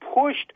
pushed